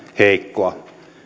heikkoa